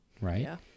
right